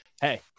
Hey